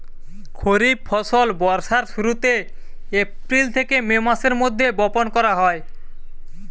খরিফ ফসল বর্ষার শুরুতে, এপ্রিল থেকে মে মাসের মধ্যে বপন করা হয়